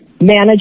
manage